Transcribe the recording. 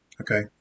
Okay